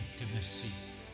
Intimacy